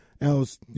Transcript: Else